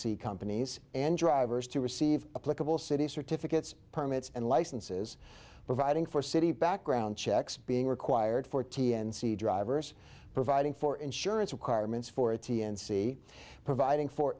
c companies and drivers to receive political city certificates permits and licenses providing for city background checks being required for t n c drivers providing for insurance requirements for a t n c providing for